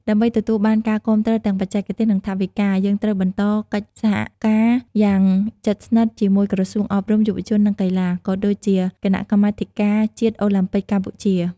ដើម្បីទទួលបានការគាំទ្រទាំងបច្ចេកទេស និងថវិកា យើងត្រូវបន្តកិច្ចសហការយ៉ាងជិតស្និទ្ធជាមួយក្រសួងអប់រំ យុវជន និងកីឡា ក៏ដូចជាគណៈកម្មាធិការជាតិអូឡាំពិកកម្ពុជា ។